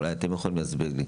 אולי אתם יכולים להסביר לי.